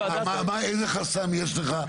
איזה חסם יש לך,